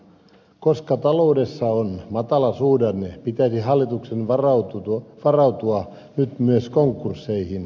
koska taloudessa on matalasuhdanne pitäisi hallituksen varautua nyt myös konkursseihin